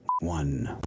one